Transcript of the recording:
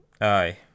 Aye